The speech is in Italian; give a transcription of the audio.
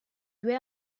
due